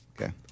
Okay